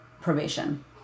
probation